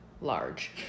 large